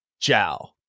Ciao